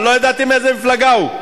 אה, מאיזה מפלגה הוא?